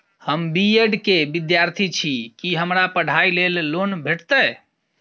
हम B Ed केँ विद्यार्थी छी, की हमरा पढ़ाई लेल लोन भेटतय?